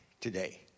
today